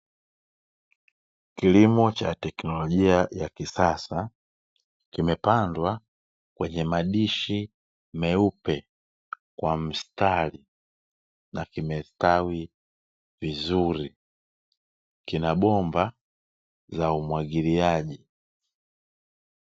Kilimo cha teknolojia ya kisasa kimepandwa kwenye madishi meupe kwa mstari na kimestawi vizuri, kina bomba za umwagiliaji.